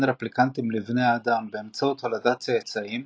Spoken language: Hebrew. רפליקנטים לבני אדם באמצעות הולדת צאצאים,